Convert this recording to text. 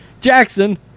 Jackson